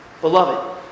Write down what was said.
Beloved